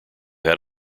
had